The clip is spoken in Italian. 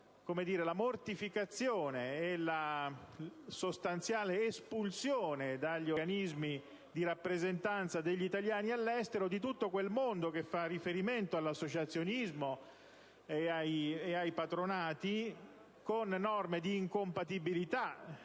la mortificazione e la sostanziale espulsione dagli organismi di rappresentanza degli italiani all'estero di tutto quel mondo che fa riferimento all'associazionismo e ai patronati, con norme di incompatibilità